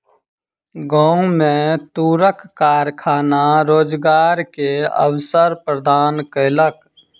गाम में तूरक कारखाना रोजगार के अवसर प्रदान केलक